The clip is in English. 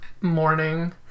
morning